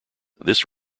this